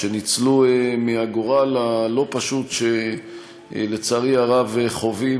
שניצלו מהגורל הלא-פשוט שלצערי הרב חווים